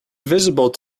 visible